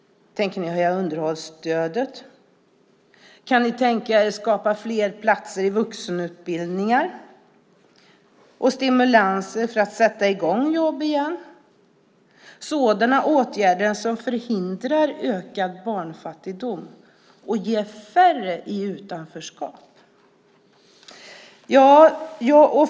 Tänker ni höja underhållsstödet? Kan ni tänka er att skapa fler platser i vuxenutbildningar och stimulanser för att sätta i gång jobbandet igen? Det är åtgärder som förhindrar ökad barnfattigdom och ger färre i utanförskap.